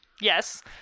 Yes